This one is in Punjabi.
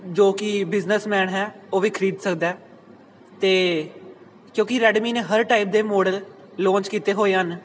ਜੋ ਕਿ ਬਿਜ਼ਨੈਸਮੈਨ ਹੈ ਉਹ ਵੀ ਖਰੀਦ ਸਕਦਾ ਅਤੇ ਕਿਉਂਕਿ ਰੈਡਮੀ ਨੇ ਹਰ ਟਾਈਪ ਦੇ ਮੋਡਲ ਲਾਂਚ ਕੀਤੇ ਹੋਏ ਹਨ